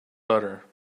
butter